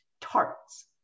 Tarts